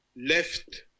left